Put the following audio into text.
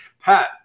Pat